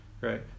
Right